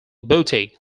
boutique